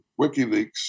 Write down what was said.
WikiLeaks